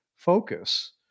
focus